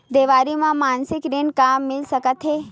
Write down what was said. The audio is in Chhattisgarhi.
देवारी म मासिक ऋण मिल सकत हे?